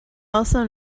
also